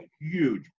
Huge